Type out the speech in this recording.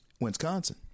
Wisconsin